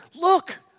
Look